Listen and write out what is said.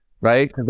right